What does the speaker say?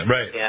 Right